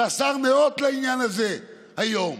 והשר ניאות לעניין הזה היום,